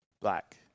Black